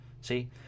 See